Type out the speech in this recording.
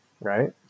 right